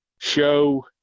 show